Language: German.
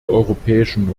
europäischen